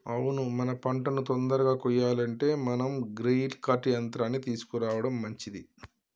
అవును మన పంటను తొందరగా కొయ్యాలంటే మనం గ్రెయిల్ కర్ట్ యంత్రాన్ని తీసుకురావడం మంచిది